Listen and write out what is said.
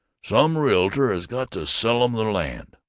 some realtor has got to sell em the land?